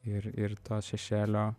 ir ir to šešėlio